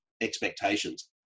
expectations